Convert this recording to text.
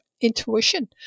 intuition